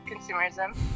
consumerism